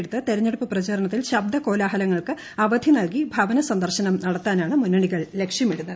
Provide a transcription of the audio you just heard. കണക്കിലെടുത്ത് ത്രെഞ്ഞെടുപ്പ് പ്രചാരണത്തിൽ ശബ്ദ കോലാഹലങ്ങൾക്ക് അവധി നൽകി ഭവന സന്ദർശനം നടത്താനാണ് മുന്നണികൾ ലക്ഷ്യമിടുന്നത്